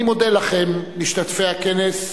אני מודה לכם, משתתפי הכנס,